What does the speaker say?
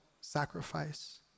sacrifice